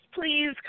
please